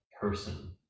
person